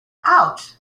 ouch